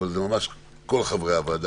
אבל זה ממש כל חברי הוועדה,